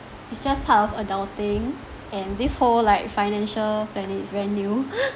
it's just part of adulting and this whole like financial planning is very new